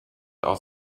aus